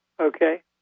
Okay